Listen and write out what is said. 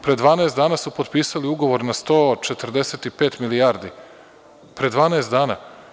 Pre 12 dana su podpisali ugovor na 145 milijardi, pre 12 dana.